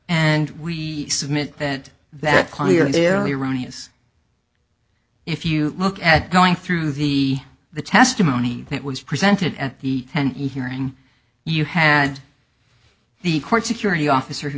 and we submit that that clearly erroneous if you look at going through the the testimony that was presented at the end you hearing you had the court security officer who